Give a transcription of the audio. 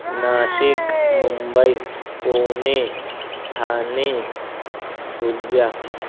Nashik Mumbai Pune Thane Dhule